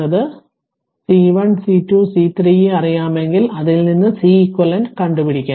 അതിനാൽ C1 C2 C3 ഉം അറിയാമെങ്കിൽ അതിൽ നിന്ന് Ceq കണ്ടു പിടിക്കാം